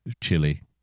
chili